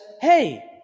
hey